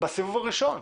בסיבוב הראשון?